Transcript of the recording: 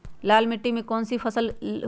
लाल मिट्टी में कौन सी फसल होती हैं?